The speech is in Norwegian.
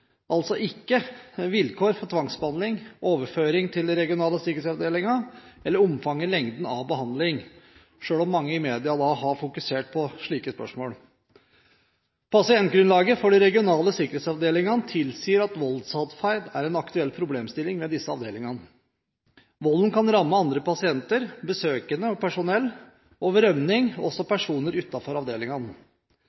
altså ikke omfatter vilkår for tvangsbehandling, overføring til de regionale sikkerhetsavdelingene eller omfang/lengde når det gjelder behandling, selv om mange i media har fokusert på slike spørsmål. Pasientgrunnlaget for de regionale sikkerhetsavdelingene tilsier at voldelig atferd er en aktuell problemstilling ved disse avdelingene. Volden kan ramme andre pasienter, besøkende og personell og ved rømning også